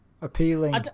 Appealing